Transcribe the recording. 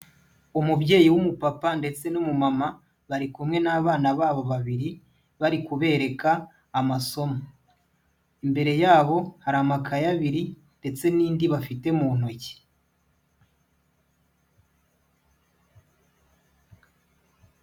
Umubyeyi w'umupapa ndetse n'umumama bari kumwe n'abana babo babiri, bari kubereka amasomo. Imbere yabo hari amakaye abiri ndetse n'indi bafite mu ntoki.